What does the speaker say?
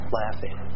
laughing